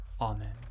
Amen